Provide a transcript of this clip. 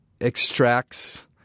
extracts